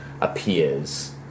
appears